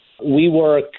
WeWork